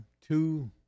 Two